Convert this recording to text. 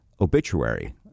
obituary